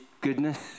goodness